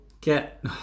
get